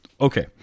okay